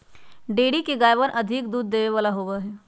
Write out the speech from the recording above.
dairy के गायवन अधिक दूध देवे वाला होबा हई